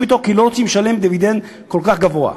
אותו כי הם לא רוצים לשלם דיבידנד כל כך גבוה.